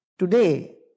Today